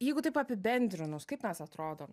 jeigu taip apibendrinus kaip mes atrodom